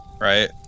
right